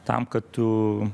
tam kad tu